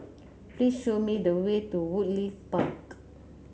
please show me the way to Woodleigh Park